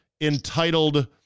entitled